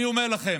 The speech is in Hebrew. אני אומר לכם,